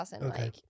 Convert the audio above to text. Okay